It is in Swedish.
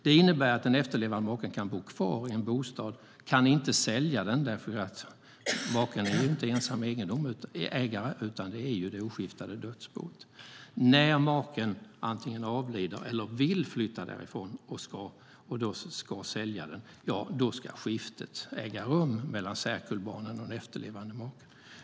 Det innebär att den efterlevande maken kan bo kvar i sin bostad men inte kan sälja den eftersom maken inte är ensam ägare, utan det är det oskiftade dödsboet. När maken antingen avlider eller vill flytta därifrån och då ska sälja bostaden ska skiftet äga rum mellan särkullbarnen och den efterlevande maken.